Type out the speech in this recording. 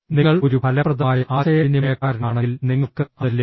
നിങ്ങൾ ഒരു ഫലപ്രദമായ ആശയവിനിമയക്കാരനാണെങ്കിൽ നിങ്ങൾക്ക് അത് ലഭിക്കും